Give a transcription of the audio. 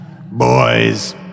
Boys